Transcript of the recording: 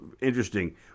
interesting